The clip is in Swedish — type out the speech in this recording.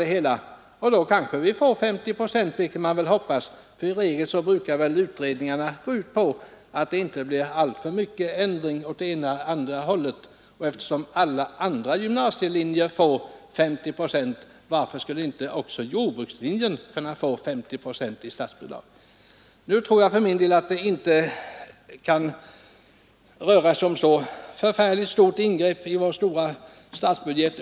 Man kanske har förhoppningar att då få ett 50-procentigt statsbidrag till jordbruksutbildningen — i regel brukar det väl inte bli alltför stora ändringar åt det ena eller det andra hållet i förhållande till ett utredningsförslag. Om alla andra får ett 5O-procentigt statsbidrag, varför skulle inte också jordbrukslinjen få ett sådant? Jag tror inte att det för detta skulle krävas ett så förfärligt stort ingrepp i vår statsbudget.